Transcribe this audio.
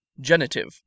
genitive